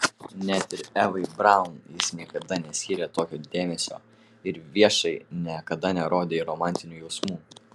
net ir evai braun jis niekada neskyrė tokio dėmesio ir viešai niekada nerodė romantinių jausmų